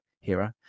hero